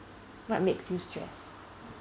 what makes you stressed